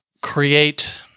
create